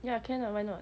ya can ah why not